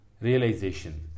realization